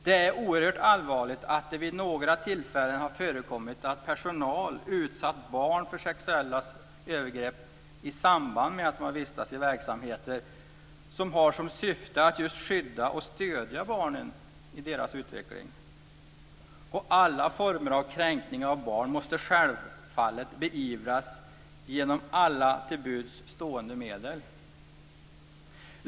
Det är oerhört allvarligt att det vid några tillfällen har förekommit att personal utsatt barn för sexuella övergrepp i samband med att dessa har vistats i verksamheter som just har som syfte att skydda och stödja barn i deras utveckling. Alla former av kränkning av barn måste självfallet beivras genom alla till buds stående medel.